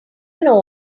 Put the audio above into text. know